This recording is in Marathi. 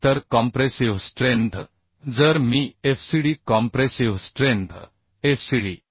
पाहिले तर कॉम्प्रेसिव्ह स्ट्रेंथ जर मी fcd कॉम्प्रेसिव्ह स्ट्रेंथ fcd